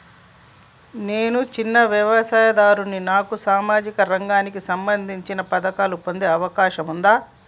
నేను చిన్న వ్యవసాయదారుడిని నాకు సామాజిక రంగానికి సంబంధించిన పథకాలు పొందే అవకాశం ఉందా?